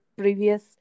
previous